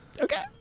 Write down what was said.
Okay